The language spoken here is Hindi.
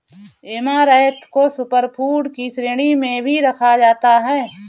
ऐमारैंथ को सुपर फूड की श्रेणी में भी रखा जाता है